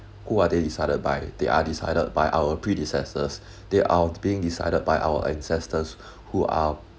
who are they decided by they are decided by our predecessors they are being decided by our ancestors who are